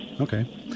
Okay